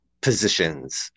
positions